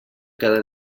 cada